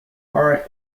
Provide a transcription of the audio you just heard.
are